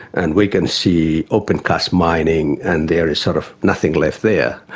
and we can see open-cut mining and there is sort of nothing left there,